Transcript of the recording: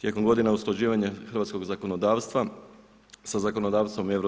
Tijekom godina usklađivanja hrvatskog zakonodavstva, sa zakonodavstvom EU,